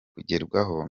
kugerwaho